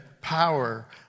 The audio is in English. power